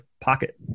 pocket